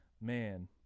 man